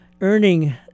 earning